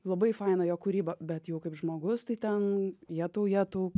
labai faina jo kūryba bet jau kaip žmogus tai ten jetau jetau